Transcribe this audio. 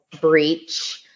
breach